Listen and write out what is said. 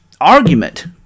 argument